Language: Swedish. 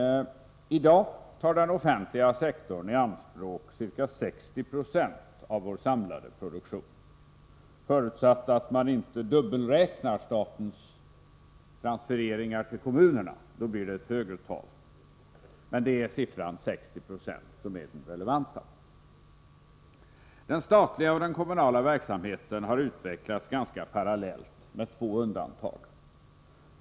I dag tar den offentliga sektorn i anspråk ca 60 90 av vår samlade produktion — förutsatt att man inte dubbelräknar statens transfereringar till kommunerna. Då blir det ett högre tal. Det är emellertid siffran 60 20 som är den relevanta. Den statliga och den kommunala verksamheten har utvecklats ganska parallellt — med två undantag.